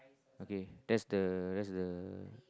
okay that's the that's the